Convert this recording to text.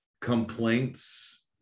complaints